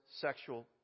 sexual